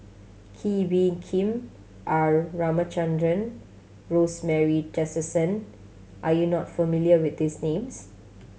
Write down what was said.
Kee Bee Khim R Ramachandran Rosemary Tessensohn are you not familiar with these names